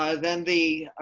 ah then the